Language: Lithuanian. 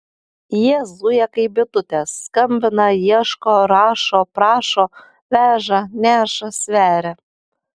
jie zuja kaip bitutės skambina ieško rašo prašo veža neša sveria